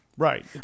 Right